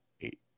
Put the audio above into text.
eight